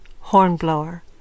Hornblower